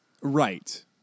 Right